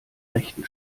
rechten